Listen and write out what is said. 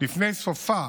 לפני סופה